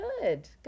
good